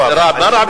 מה רע בזה?